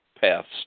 paths